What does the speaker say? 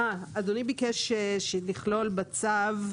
אדוני ביקש לכלול בצו,